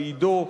לעידו,